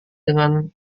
dengan